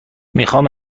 میخام